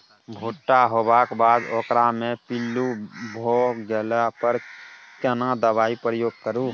भूट्टा होबाक बाद ओकरा मे पील्लू भ गेला पर केना दबाई प्रयोग करू?